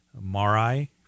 Marai